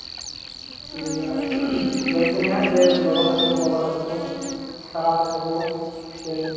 ᱴᱷᱤᱠ ᱜᱮᱭᱟ ᱞᱟᱹᱭ ᱠᱚ ᱢᱮᱦᱟᱸᱜ ᱡᱮ ᱜᱚᱜᱚ ᱛᱟᱠᱚ ᱵᱟᱵᱟ ᱛᱟᱠᱚ ᱠᱚ ᱥᱟᱞᱟ ᱛᱟᱠᱚ ᱠᱚ ᱥᱮ